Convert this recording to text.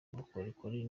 bukorikori